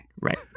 Right